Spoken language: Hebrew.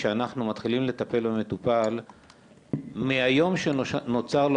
שאנחנו מתחילים לטפל במטופל מהיום שנוצר לו